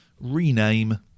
Rename